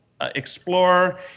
Explorer